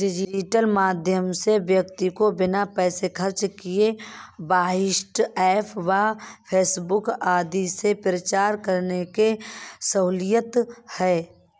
digital माध्यम से व्यक्ति को बिना पैसे खर्च किए व्हाट्सएप व फेसबुक आदि से प्रचार करने में सहूलियत है